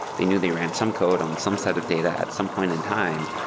they knew they ran some code on some set of data at some point in time,